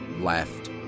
left